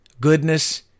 goodness